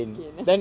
again